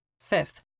Fifth